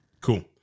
Cool